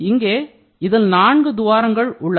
இங்கே இதில் நான்கு துவாரங்கள் உள்ளன